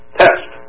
test